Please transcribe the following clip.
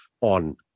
on